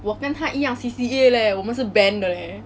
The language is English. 我跟他一样 C_C_A leh 我们是 band 的 leh